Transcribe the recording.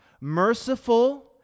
merciful